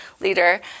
leader